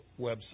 website